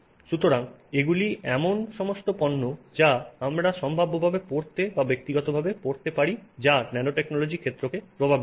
সুতরাং এগুলি এমন সমস্ত পণ্য যা আমরা সম্ভাব্যভাবে পরতে বা ব্যক্তিগতভাবে ব্যবহার করতে পারি যা ন্যানোটেকনোলজির ক্ষেত্রকে প্রভাবিত করে